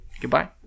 Goodbye